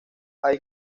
hay